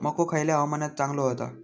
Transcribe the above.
मको खयल्या हवामानात चांगलो होता?